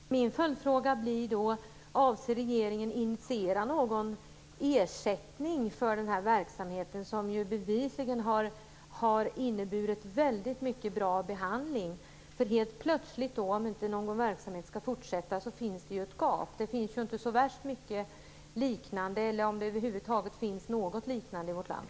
Fru talman! Min följdfråga blir: Avser regeringen att initiera någon ersättning för den här verksamheten, som ju bevisligen har inneburit väldigt mycket bra behandling? Om verksamheten inte skall fortsätta blir det ju helt plötsligt ett gap. Det finns ju inte så värst mycket liknande, om någon, behandling i vårt land.